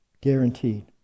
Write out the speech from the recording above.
Guaranteed